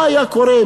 מה היה קורה,